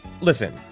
listen